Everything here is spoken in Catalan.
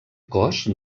cos